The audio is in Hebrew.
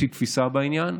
יש לי תפיסה בעניין,